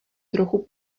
trochu